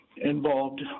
Involved